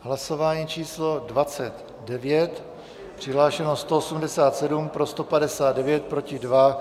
Hlasování číslo 29, přihlášeno 187, pro 159, proti 2.